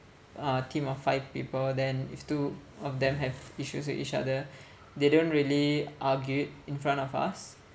a team of five people then if two of them have issues with each other they don't really argue it in front of us